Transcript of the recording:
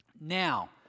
Now